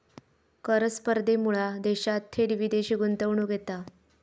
कर स्पर्धेमुळा देशात थेट विदेशी गुंतवणूक येता